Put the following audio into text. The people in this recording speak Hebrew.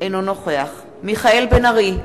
אינו נוכח מיכאל בן-ארי,